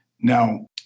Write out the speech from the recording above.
Now